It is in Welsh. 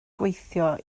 gweithio